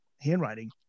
handwriting